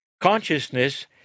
Consciousness